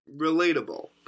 relatable